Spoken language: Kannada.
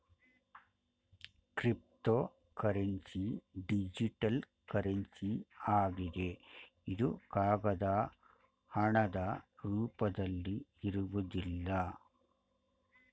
ಕ್ರಿಪ್ತೋಕರೆನ್ಸಿ ಡಿಜಿಟಲ್ ಕರೆನ್ಸಿ ಆಗಿದೆ ಇದು ಕಾಗದ ಹಣದ ರೂಪದಲ್ಲಿ ಇರುವುದಿಲ್ಲ